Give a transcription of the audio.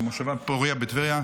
במושבה פוריה בטבריה,